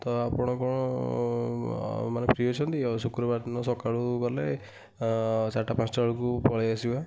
ତ ଆପଣ କ'ଣ ମାନେ ଫ୍ରି ଅଛନ୍ତି ଆଉ ଶୁକ୍ରବାର ଦିନ ସକାଳୁ ଗଲେ ଚାରିଟା ପାଞ୍ଚଟା ବେଳକୁ ପଳାଇ ଆସିବା